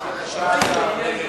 התש"ע 2009, לדיון